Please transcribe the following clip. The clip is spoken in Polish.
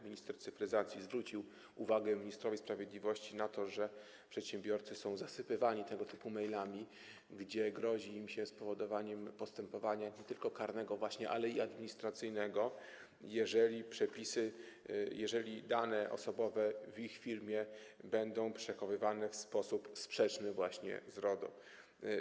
Minister cyfryzacji zwrócił uwagę ministrowi sprawiedliwości na to, że przedsiębiorcy są zasypywani tego typu mailami, w których grozi im się spowodowaniem postępowania nie tylko karnego właśnie, ale i administracyjnego, jeżeli dane osobowe w ich firmie będą przechowywane w sposób sprzeczny z RODO.